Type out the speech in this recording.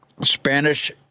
Spanish